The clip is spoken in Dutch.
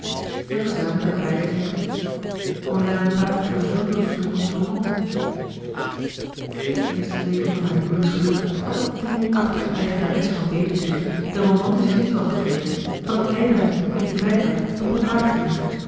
en verzuimde er bij te denken qu'on n'aime pas toujours ceux qu'on tourmente in de eerste weken van haar huwelijksgeluk had de teringachtige eigenares van betuwzicht den romantischen inval gekregen van het eilandje in den vijver een boudoir te maken